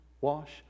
wash